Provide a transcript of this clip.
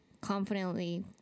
confidently